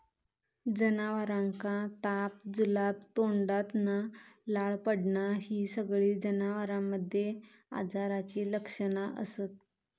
जनावरांका ताप, जुलाब, तोंडातना लाळ पडना हि सगळी जनावरांमध्ये आजाराची लक्षणा असत